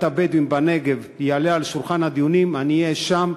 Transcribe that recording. הבדואים בנגב תעלה על שולחן הדיונים אני אהיה שם,